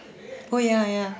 oh ya ya